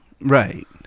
Right